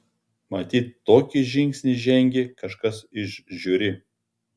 matyt tokį žingsnį žengė kažkas iš žiuri